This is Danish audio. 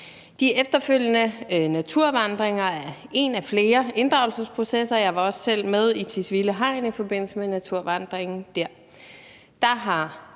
De efterfølgende naturvandringer er en af flere inddragelsesprocesser, og jeg var også selv med i Tisvilde Hegn i forbindelse med naturvandringen